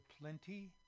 Plenty